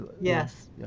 Yes